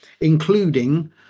including